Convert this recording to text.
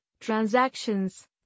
transactions